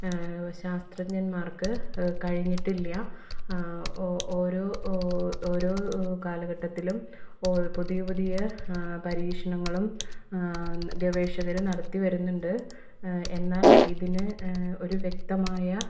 ശാസ്ത്രഞ്ജന്മാർക്ക് കഴിഞ്ഞിട്ടില്ല ഓരോ ഓരോ കാലഘട്ടത്തിലും പുതിയ പുതിയ പരീക്ഷണങ്ങളും ഗവേഷകർ നടത്തി വരുന്നുണ്ട് എന്നാൽ ഇതിന് ഒരു വ്യക്തമായ